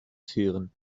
führen